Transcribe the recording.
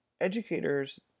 educators